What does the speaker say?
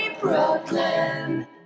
Brooklyn